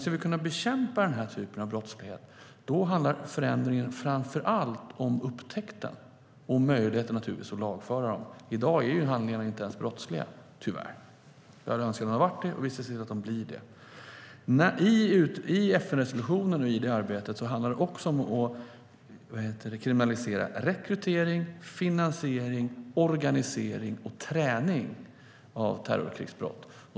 Ska vi kunna bekämpa den här typen av brottslighet handlar förändringen framför allt om upptäckt och naturligtvis om möjlighet att lagföra dem. I dag är dessa handlingar inte ens brottsliga, tyvärr. Jag hade önskat att de hade varit det, och vi ska se till att de blir det. I FN-resolutionen handlar det också om att kriminalisera rekrytering, finansiering, organisering och träning för terrorkrigsbrott.